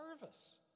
service